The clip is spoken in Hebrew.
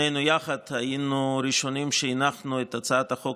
שנינו יחד היינו הראשונים שהנחנו את הצעת החוק